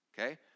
Okay